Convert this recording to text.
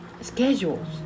schedules